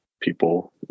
people